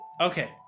Okay